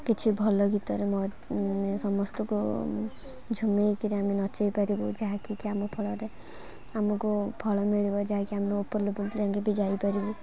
କିଛି ଭଲ ଗୀତରେ ସମସ୍ତଙ୍କୁ ଝୁମେଇକରି ଆମେ ନଚାଇପାରିବୁ ଯାହାକି କି ଆମ ଫଳରେ ଆମକୁ ଫଳ ମିଳିବ ଯାହାକି ଆମର ଉପର ଲେବୁ୍ଲ ଯାଏଁ ବି ଯାଇପାରିବୁ